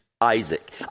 Isaac